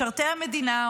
משרתי המדינה,